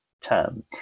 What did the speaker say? term